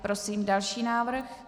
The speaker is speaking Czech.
Prosím další návrh.